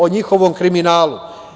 O njihovom kriminalu.